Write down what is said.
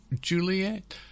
Juliet